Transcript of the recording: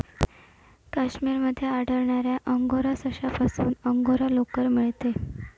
काश्मीर मध्ये आढळणाऱ्या अंगोरा सशापासून अंगोरा लोकर मिळते